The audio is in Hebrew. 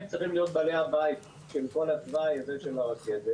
הם צריכים להיות בעלי הבית של כול התוואי הזה של הרכבת,